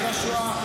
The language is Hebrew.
של השואה,